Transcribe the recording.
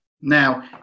Now